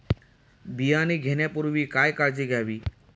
बियाणे घेण्यापूर्वी काय काळजी घ्यावी?